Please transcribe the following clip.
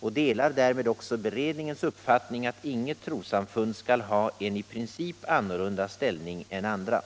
och delar därmed också beredningens uppfattning att inget trossamfund skall ha en i princip annorlunda ställning än andra.